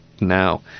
now